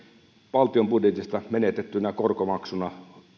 valtion budjetista menetettynä korkomaksuna